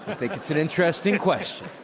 think it's an interesting question.